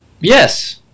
Yes